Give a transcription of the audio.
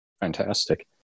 fantastic